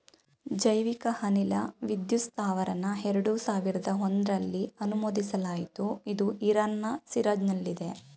ಜೈವಿಕ ಅನಿಲ ವಿದ್ಯುತ್ ಸ್ತಾವರನ ಎರಡು ಸಾವಿರ್ದ ಒಂಧ್ರಲ್ಲಿ ಅನುಮೋದಿಸಲಾಯ್ತು ಇದು ಇರಾನ್ನ ಶಿರಾಜ್ನಲ್ಲಿದೆ